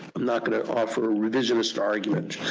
i'm not going to offer a revisionist argument